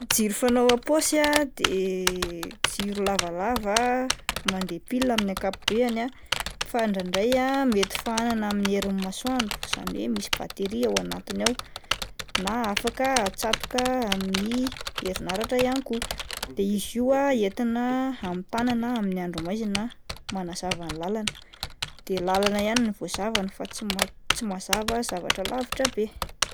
Jiro fanao am-paosy ah de jiro lavalava mandeha pilina amin'ny akapobeany fa indraindray ah mety fahanana amin'ny herin'ny masoandro izany hoe misy batery ao anatiny ao, na afaka atsatoka amin'ny herinaratra ihany koa, de izy io ah entina amin'ny tanana amin'ny andro maizina manazava ny lalàna de lalàna ihany no voazavany fa tsy ma-mazava zavatra alavitra be.